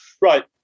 Right